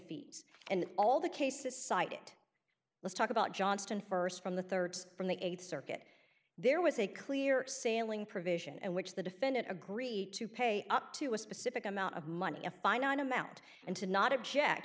fees and all the cases cited let's talk about johnston first from the third from the eighth circuit there was a clear sailing provision and which the defendant agreed to pay up to a specific amount of money a finite amount and to not object